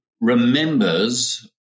remembers